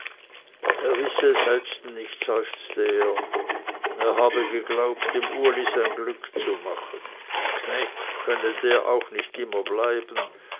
er wisse es selbsten nicht seufzte er er habe geglaubt dem uli sein glück zu machen knecht könne der auch nicht immer bleiben